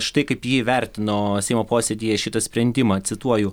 štai kaip ji įvertino seimo posėdyje šitą sprendimą cituoju